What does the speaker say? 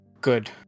Good